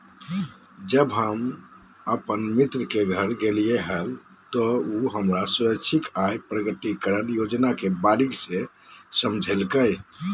जब हम अपन मित्र के घर गेलिये हल, त उ हमरा स्वैच्छिक आय प्रकटिकरण योजना के बारीकि से समझयलकय